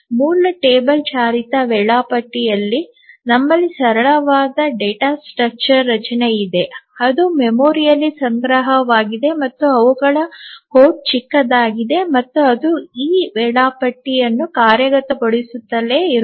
ಮೂಲ ಟೇಬಲ್ ಚಾಲಿತ ವೇಳಾಪಟ್ಟಿಯಲ್ಲಿ ನಮ್ಮಲ್ಲಿ ಸರಳವಾದ ಡೇಟಾ ರಚನೆ ಇದೆ ಅದು ಮೆಮೊರಿಯಲ್ಲಿ ಸಂಗ್ರಹವಾಗಿದೆ ಮತ್ತು ಅವುಗಳ ಕೋಡ್ ಚಿಕ್ಕದಾಗಿದೆ ಮತ್ತು ಅದು ಈ ವೇಳಾಪಟ್ಟಿಯನ್ನು ಕಾರ್ಯಗತಗೊಳಿಸುತ್ತಲೇ ಇರುತ್ತದೆ